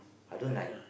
I don't like